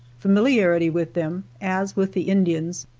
familiarity with them, as with the indians,